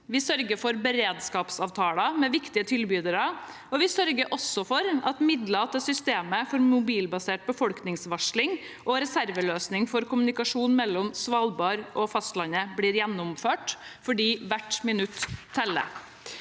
Vi sørger for beredskapsavtaler med viktige tilbydere, og vi sørger også for at midler til systemet for mobilbasert befolkningsvarsling og reserveløsningen for kommunikasjon mellom Svalbard og fastlandet blir gjennomført – for hvert minutt teller.